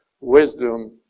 wisdom